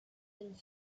and